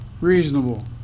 reasonable